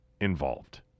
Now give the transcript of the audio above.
involved